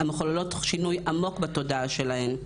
המחוללות שינוי עמוק בתודעה שלהן.